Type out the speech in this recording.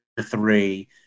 three